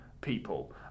people